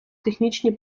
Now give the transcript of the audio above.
технічні